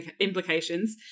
implications